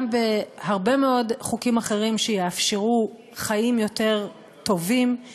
גם בהרבה מאוד חוקים אחרים שיאפשרו חיים יותר טובים,